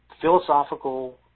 philosophical